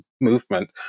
movement